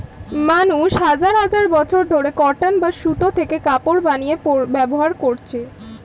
মানুষ হাজার হাজার বছর ধরে কটন বা সুতো থেকে কাপড় বানিয়ে ব্যবহার করছে